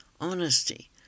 honesty